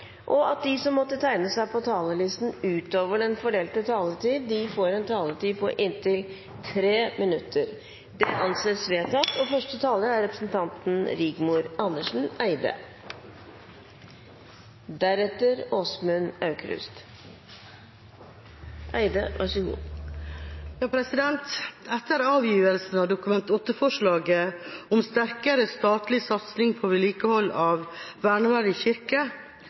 og at de som måtte tegne seg på talerlisten utover den fordelte taletid, får en taletid på inntil 3 minutter. – Det anses vedtatt. Rigmor Andersen Eide får ordet for saksordfører Simon Molvær Grimstad. Etter avgivelsen av innstillinga til Dokument 8-forslaget om sterkere statlig satsing på vedlikehold av verneverdige kirker kom det raskt en kommentar fra direktøren i